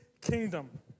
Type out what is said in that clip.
kingdom